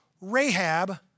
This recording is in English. Rahab